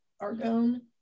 argon